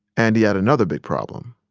and he had another big problem.